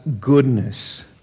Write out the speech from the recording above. goodness